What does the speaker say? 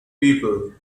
people